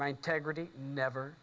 my integrity never